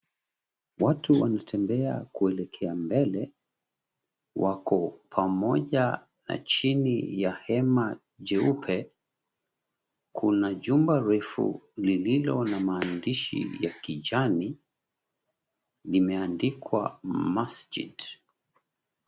Watu wanatembea kuelekea mbele, wako pamoja na chini ya hema jeupe, kuna jumba refu lililo na maandishi ya kijani, limeandikwa, "Masjid".